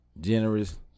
Generous